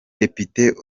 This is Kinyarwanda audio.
depite